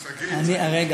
שנייה.